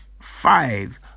Five